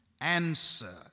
answer